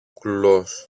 κουλός